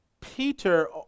Peter